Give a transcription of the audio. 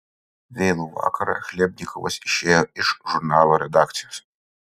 vėlų vakarą chlebnikovas išėjo iš žurnalo redakcijos